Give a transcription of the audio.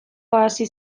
hasi